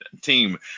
team